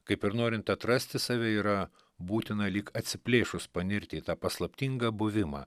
kaip ir norint atrasti save yra būtina lyg atsiplėšus panirti į tą paslaptingą buvimą